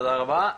תודה רבה.